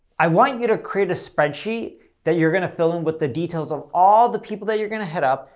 i want you to create a spreadsheet that you're going to fill in with the details of all the people that you're going to hit up,